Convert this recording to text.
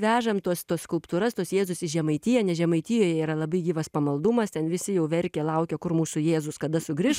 vežam tuos tuos skulptūras tuos jėzus į žemaitiją nes žemaitijoje yra labai gyvas pamaldumas ten visi jau verkė laukė kur mūsų jėzus kada sugrįš